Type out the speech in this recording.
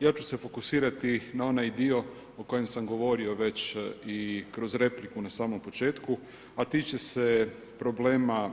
Ja ću se fokusirati na onaj dio o kojem sam govorio već i kroz repliku na samom početku a tiče se problema